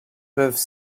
peuvent